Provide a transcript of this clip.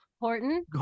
Horton